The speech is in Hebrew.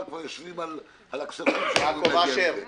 כבר יושבות על הכספים --- יעקב אשר,